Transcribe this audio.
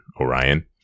Orion